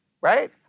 right